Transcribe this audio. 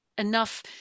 enough